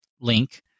link